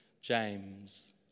James